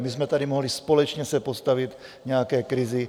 My jsme se tady mohli společně postavit nějaké krizi.